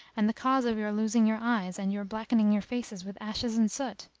and the cause of your losing your eyes and your blackening your faces with ashes and soot?